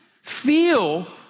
feel